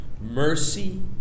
mercy